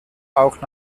auch